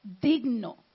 digno